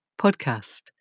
podcast